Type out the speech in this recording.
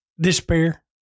despair